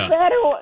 better